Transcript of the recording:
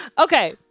Okay